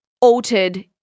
altered